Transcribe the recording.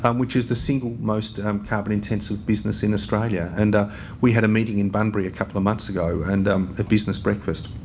um which is the single most um carbon intensive business in australia. and we had a meeting in bunbury a couple of months ago and um a business breakfast.